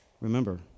Remember